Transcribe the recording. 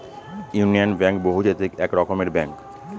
union bank বহুজাতিক এক রকমের ব্যাঙ্ক